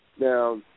Now